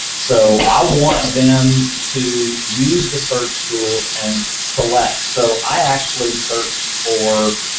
so i want them to use the search tools and select. so i actually searched for,